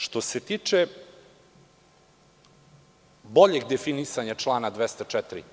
Što se tiče boljeg definisanja člana 204.